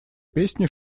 песни